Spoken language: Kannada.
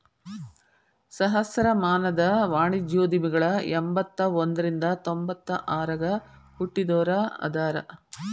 ಸಹಸ್ರಮಾನದ ವಾಣಿಜ್ಯೋದ್ಯಮಿಗಳ ಎಂಬತ್ತ ಒಂದ್ರಿಂದ ತೊಂಬತ್ತ ಆರಗ ಹುಟ್ಟಿದೋರ ಅದಾರ